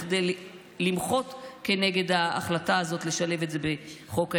כדי למחות כנגד ההחלטה הזאת לשלב את זה בחוק ההסדרים.